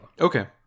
Okay